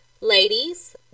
ladies